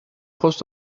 post